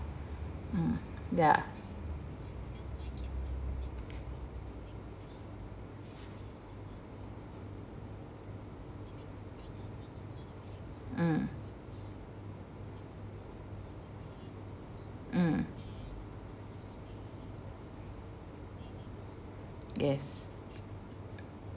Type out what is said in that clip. mm ya mm mm yes